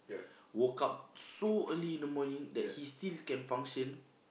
woke up so early in the morning that he still can function